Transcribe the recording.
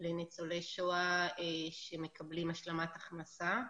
לניצולי שואה שמקבלים השלמת הכנסה,